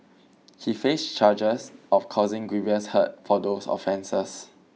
he faced charges of causing grievous hurt for these offences